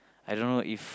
I don't know if